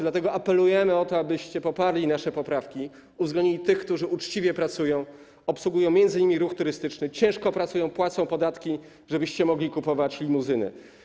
Dlatego apelujemy o to, abyście poparli nasze poprawki, uwzględnili tych, którzy uczciwie pracują, obsługują m.in. ruch turystyczny, ciężko pracują, płacą podatki, żebyście mogli kupować limuzyny.